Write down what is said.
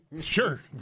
Sure